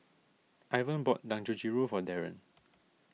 Ivan bought Dangojiru for Darron